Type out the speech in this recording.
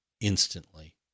instantly